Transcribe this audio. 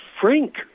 Frank